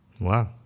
Wow